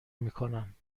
میکنم